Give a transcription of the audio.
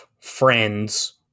friends